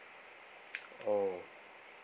oh